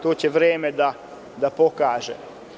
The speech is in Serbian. To će vreme da pokaže.